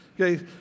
Okay